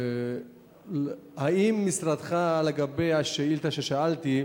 האם משרדך, לגבי השאילתא ששאלתי,